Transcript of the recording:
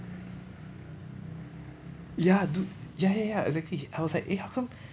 ya dude ya ya ya exactly I was like eh how come